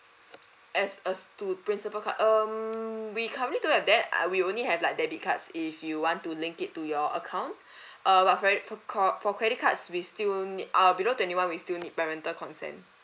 as a stu~ principle card um we currently don't have that err we only have like debit cards if you want to link it to your account err but very cr~ for credit cards we still need err below twenty one we still need parental consent